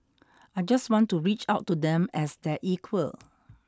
I just want to reach out to them as their equal